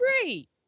great